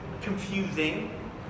confusing